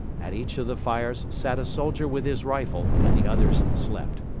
at each of the fires sat a soldier with his rifle and the others slept.